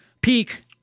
peak